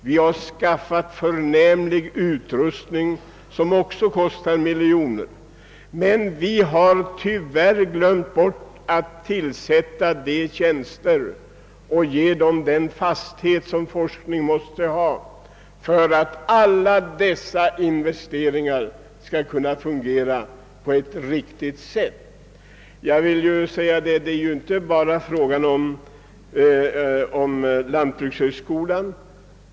Vi har skaffat förnämlig utrustning, som också kostat miljoner, men vi har tyvärr »glömt bort» att tillsätta tjänster med den fasthet som erfordras för att alla investeringar som gjorts skall kunna utnyttjas på ett riktigt sätt. Jag vill understryka att detta inte gäller enbart i fråga om lantbrukshögskolan.